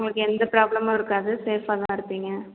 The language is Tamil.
உங்களுக்கு எந்த ப்ராபளமும் இருக்காது சேஃப்பாக தான் இருப்பீங்க